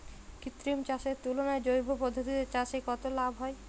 কৃত্রিম চাষের তুলনায় জৈব পদ্ধতিতে চাষে কত লাভ হয়?